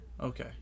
Okay